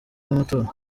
w’amatora